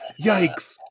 yikes